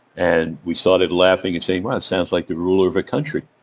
and we started laughing and saying, wow, it sounds like the ruler of a country.